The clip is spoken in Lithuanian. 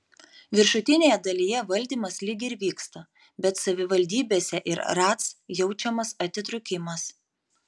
viršutinėje dalyje valdymas lyg ir vyksta bet savivaldybėse ir ratc jaučiamas atitrūkimas